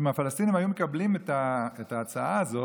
אם הפלסטינים היו מקבלים את ההצעה הזאת,